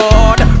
Lord